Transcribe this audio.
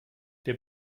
der